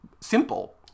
simple